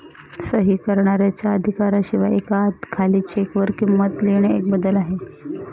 सही करणाऱ्याच्या अधिकारा शिवाय एका खाली चेक वर किंमत लिहिणे एक बदल आहे